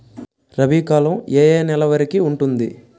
రబీ కాలం ఏ ఏ నెల వరికి ఉంటుంది?